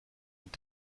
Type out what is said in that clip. und